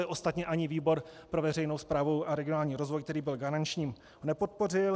Ostatně ani výbor pro veřejnou správu a regionální rozvoj, který byl garančním, nepodpořil.